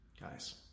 Guys